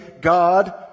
God